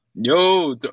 Yo